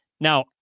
Now